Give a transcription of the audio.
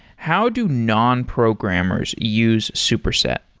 how do non-programmers use superset?